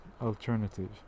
alternative